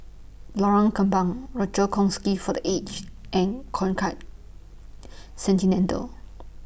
Lorong Kembang Rochor For The Aged and Concard Centenendal